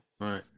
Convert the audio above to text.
Right